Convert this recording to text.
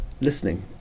listening